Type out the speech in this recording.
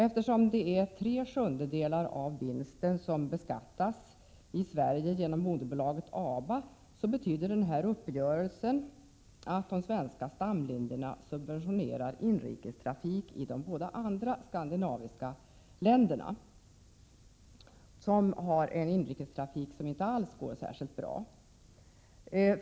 Eftersom tre sjundedelar av vinsten beskattas i Sverige genom moderbolaget ABA, betyder uppgörelsen att de svenska stamlinjerna subventionerar inrikestrafik i de båda andra skandinaviska länderna, där inrikestrafiken inte alls går särskilt bra.